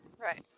Right